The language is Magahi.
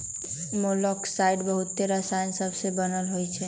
मोलॉक्साइड्स बहुते रसायन सबसे बनल होइ छइ